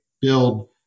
build